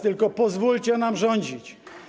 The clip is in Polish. Tylko pozwólcie nam rządzić.